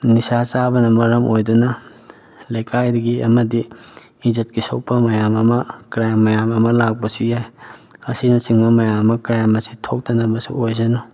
ꯅꯤꯁꯥ ꯆꯥꯕꯅ ꯃꯔꯝ ꯑꯣꯏꯗꯨꯅ ꯂꯩꯀꯥꯏꯗꯒꯤ ꯑꯃꯗꯤ ꯏꯖꯠꯀꯤ ꯁꯣꯛꯄ ꯃꯌꯥꯝ ꯑꯃ ꯀ꯭ꯔꯥꯏꯝ ꯃꯌꯥꯝ ꯑꯃ ꯂꯥꯛꯄꯁꯨ ꯌꯥꯏ ꯑꯁꯤꯅꯆꯤꯡ ꯃꯌꯥꯝ ꯑꯃ ꯀ꯭ꯔꯥꯏꯝ ꯑꯁꯦ ꯊꯣꯛꯇꯕꯁꯨ ꯑꯣꯏꯁꯅꯨ